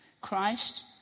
Christ